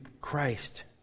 Christ